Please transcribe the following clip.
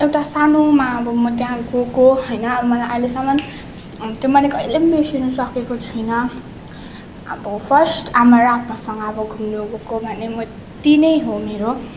एउटा सानोमा अब म त्यहाँ गएको होइन अब मलाई अहिलेसम्म त्यो मैले कहिले पनि बिर्सिनु सकेको छुइनँ अब फर्स्ट आमा र आपासँग अब घुम्नु गएको भने म तिनै हो मेरो